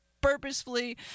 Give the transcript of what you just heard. purposefully